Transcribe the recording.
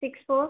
six four